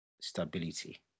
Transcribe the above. stability